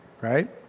right